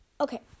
okay